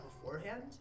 beforehand